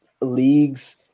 leagues